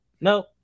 no